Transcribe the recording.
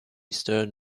stern